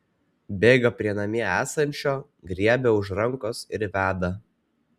bėga prie namie esančio griebia už rankos ir veda